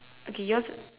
okay your's